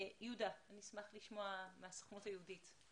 אני אשמח לשמוע את יהודה מהסוכנות היהודית.